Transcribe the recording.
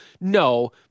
No